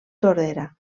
tordera